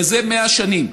מזה 100 שנים.